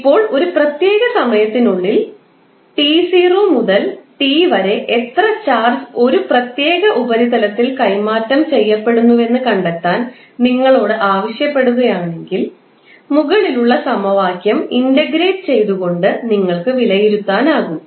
ഇപ്പോൾ ഒരു പ്രത്യേക സമയത്തിനുള്ളിൽ 𝑡0 മുതൽ t വരെ എത്ര ചാർജ് ഒരു പ്രത്യേക ഉപരിതലത്തിൽ കൈമാറ്റം ചെയ്യപ്പെടുന്നുവെന്ന് കണ്ടെത്താൻ നിങ്ങളോട് ആവശ്യപ്പെടുകയാണെങ്കിൽ മുകളിലുള്ള സമവാക്യം ഇന്റഗ്രേറ്റ് ചെയ്തു കൊണ്ട് നിങ്ങൾക്ക് വിലയിരുത്താനാകും